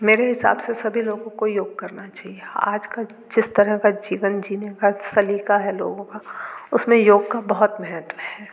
मेरे हिसाब से सभी लोगों को योग करना चाहिए आजकल जिस तरह का जीवन जीने का सलीका है लोगों का उसमें योग का बहुत महत्व है